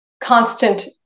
constant